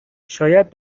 شاید